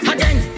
Again